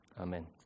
Amen